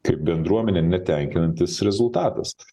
kaip bendruomenę netenkinantis rezultatas